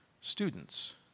Students